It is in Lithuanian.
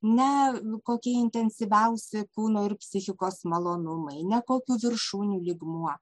ne kokia intensyviausia kūno ir psichikos malonumai ne kokių viršūnių lygmuo